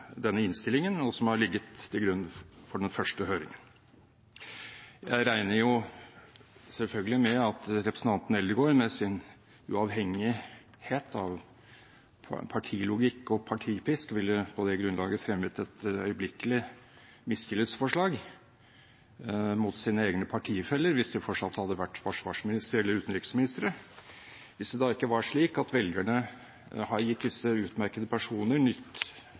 denne innstillingen, og som lå til grunn for den første høringen. Jeg regner selvfølgelig med at representanten Eldegard, med sin uavhengighet av partilogikk og partipisk, på det grunnlaget øyeblikkelig ville fremmet et mistillitsforslag mot sine egne partifeller hvis de fortsatt hadde vært forsvarsminister eller utenriksministre – hvis det da ikke var slik at velgerne har gitt disse utmerkede personer